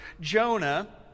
Jonah